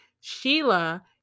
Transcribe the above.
Sheila